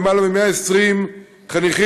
למעלה מ-120 חניכים,